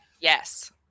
Yes